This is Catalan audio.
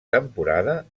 temporada